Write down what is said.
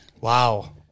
Wow